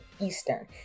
Eastern